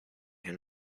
and